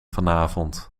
vanavond